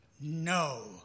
no